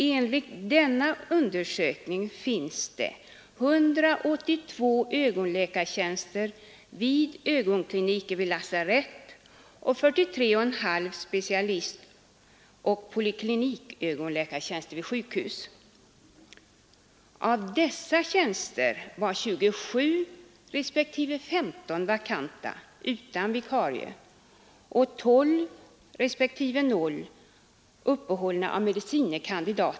Enligt denna undersökning finns det 182 ögonläkartjänster vid ögonkliniker vid lasarett och 43 1/2 specialistoch poliklinikögonläkartjänster vid sjukhus. Av dessa tjänster var 27 respektive 15 vakanta utan vikarie och 12 respektive 0 uppehölls av med. kand.